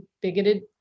bigoted